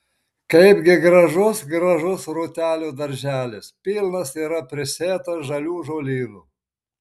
kaipgi gražus gražus rūtelių darželis pilnas yra prisėtas žalių žolynų